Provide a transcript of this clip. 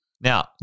Now